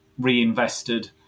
reinvested